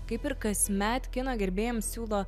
kaip ir kasmet kino gerbėjams siūlo